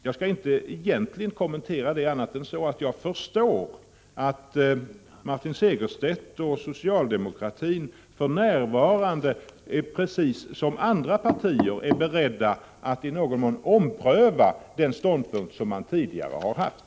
Jag skall inte kommentera det annat än så att jag förstår att Martin Segerstedt och socialdemokratin för närvarande, precis som andra partier, är beredda att i någon mån ompröva den ståndpunkt som man tidigare har haft.